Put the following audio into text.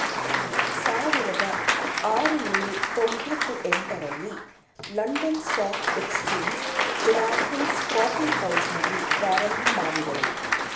ಸಾವಿರದ ಆರುನೂರು ತೊಂಬತ್ತ ಎಂಟ ರಲ್ಲಿ London stock exchange Jonathan's coffee ಹೌಸ್ನಲ್ಲಿ ಪ್ರಾರಂಭಮಾಡಿದ್ರು